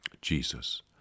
Jesus